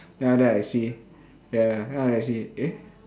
then after that I see ya then after that I see eh